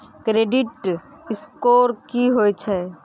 Credit score की होय छै?